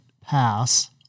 pass